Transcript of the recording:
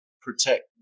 protect